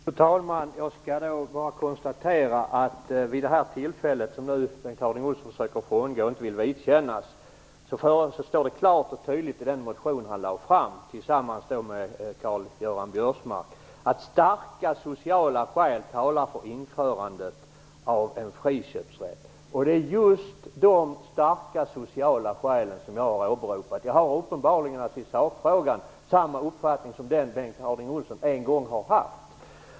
Fru talman! Jag kan bara konstatera att i den motion som Bengt Harding Olson tillsammans med Karl Göran Biörsmark väckte stod det att starka sociala skäl talar för införandet av en friköpsrätt. Det är just dessa starka social skäl som jag har åberopat. Jag har uppenbarligen i sakfrågan samma uppfattning som Bengt Harding Olson en gång har haft.